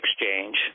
exchange